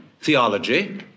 theology